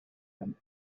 him